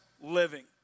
living